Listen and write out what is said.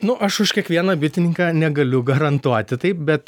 nu aš už kiekvieną bitininką negaliu garantuoti taip bet bet